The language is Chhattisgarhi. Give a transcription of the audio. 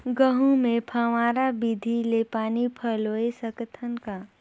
गहूं मे फव्वारा विधि ले पानी पलोय सकत हन का?